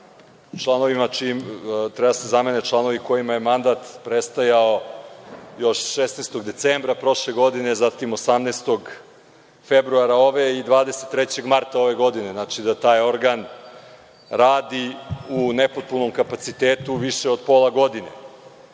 treba da se zamene članovi kojima je mandat prestajao još 16. decembra prošle godine, zatim 18. februara ove i 23. marta ove godine. Znači da taj organ radi u nepotpunom kapacitetu, više od pola godine.